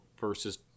versus